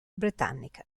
britannica